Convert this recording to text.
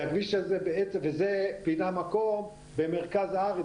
וזה פינה מקום במרכז הארץ,